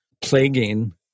plaguing